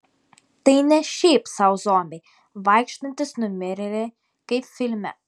tai ne šiaip sau zombiai vaikštantys numirėliai kaip filme